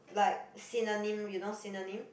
like synonym you know synonym